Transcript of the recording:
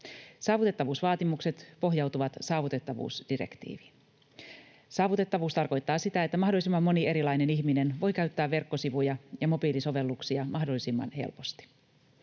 Saavutettavuusvaatimukset pohjautuvat saavutettavuusdirektiiviin. Saavutettavuus tarkoittaa sitä, että mahdollisimman moni erilainen ihminen voi käyttää verkkosivuja ja mobiilisovelluksia mahdollisimman helposti.